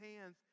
hands